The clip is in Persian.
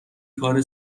کار